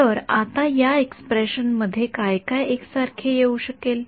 तर आता या एक्सप्रेशन् मध्ये काय काय एकसारखे येऊ शकेल